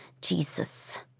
Jesus